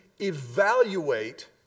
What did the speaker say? evaluate